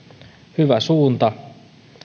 hyvä suunta